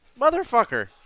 Motherfucker